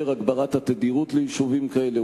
הגברת התדירות של התחבורה ליישובים כאלה,